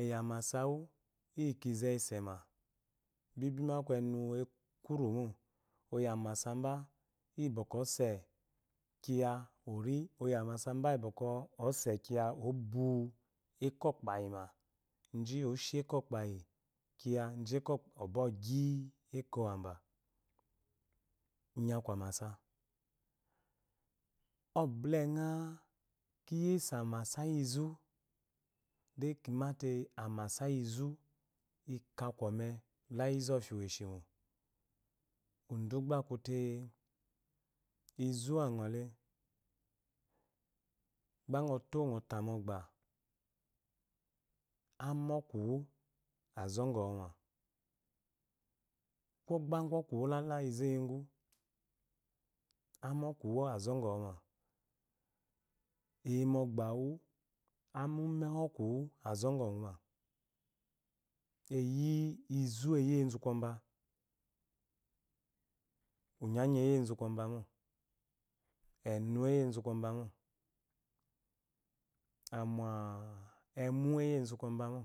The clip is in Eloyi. eyi amasawa yi kize isema bibimo aku enu ekurumo oyi amasabe yibwaɔk ese kiya ori oyi amase bwɔkwɔ ese kiya ori oyi amase bwɔkwɔ ese kiyi obn eko kpayima ji oshi ekokayi kiya ji ɔbwɔgyi ekowaba inyi aku amaba ɔbwɔhi ekowaba inyi aku amabe ɔbluewnga kiyese amasa yi izu de kimale mo udu gba akute izu angɔle gba ngo towu ngo ta mogba ame okuwu lala izu eyi gu ama okuwu azɔgɔwuma eyi mogbawu ama umme wu okuwu azɔgɔwuma eyi izu eyi ezukoba unyanyi eyi ezukoba ma enu eyi ezukobamo